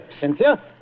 Cynthia